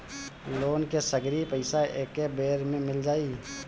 Loan के सगरी पइसा एके बेर में मिल जाई?